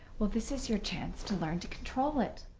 well this is your chance to learn to control it,